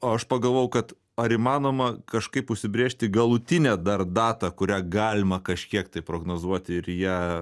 o aš pagalvojau kad ar įmanoma kažkaip užsibrėžti galutinę dar datą kurią galima kažkiek tai prognozuoti ir į ją